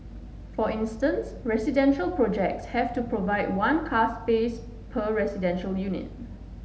for instance residential projects have to provide one car space per residential unit